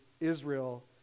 Israel